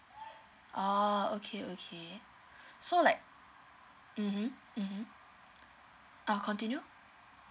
oh okay okay so like (uh huh) (uh huh) ah continue